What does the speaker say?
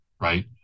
right